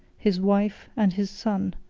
his wife, and his son,